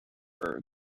river